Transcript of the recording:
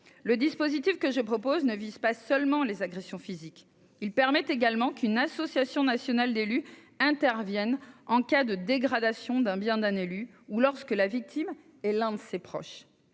Le dispositif que je propose ne vise pas seulement les agressions physiques ; il permet également qu'une association nationale d'élus intervienne en cas de dégradation d'un bien d'un élu ou lorsque la victime est l'un de ses proches.